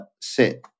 sit